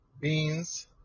Beans